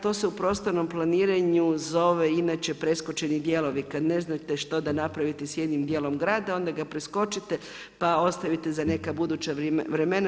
To se u prostornom planiranju zove inače preskočeni dijelovi kad ne znate što da napravite s jednim dijelom grada onda ga preskočite pa ostavite za neka buduća vremena.